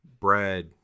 bread